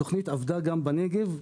התכנית עבדה גם בנגב,